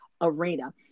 arena